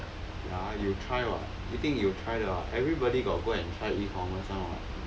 ya 有 try [what] 一定有 try 的 [what] everybody got go and try e-commerce [one] [what]